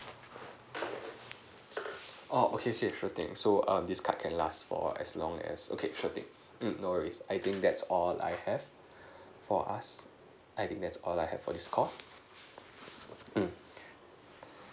oh okay okay sure thing so err this card can last for as long as okay sure thing mm no worries I think that's all I have for us I think that's all I have for this call mm